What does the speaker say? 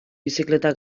bizikleta